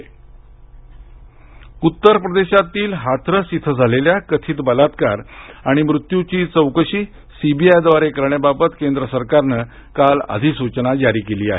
CBI Hathras Uttar प्रदेशमधील हाथरस इथं झालेल्या कथित बलात्कार आणि मृत्यूची चौकशी सी बी आय द्वारे करण्याबाबत केंद्र सरकारने काल अधिसूचना जारी केली आहे